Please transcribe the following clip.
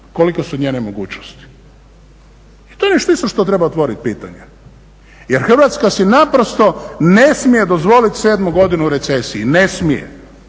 kolike su njene mogućnosti. I to je isto nešto o čemu treba otvoriti pitanje jer Hrvatska si ne smije dozvoliti 7.godinu recesije. Mi